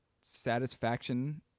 satisfaction